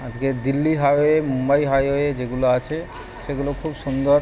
আজকে Delhi highway Mumbai highway যেগুলো আছে সেগুলো খুব সুন্দর